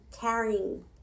carrying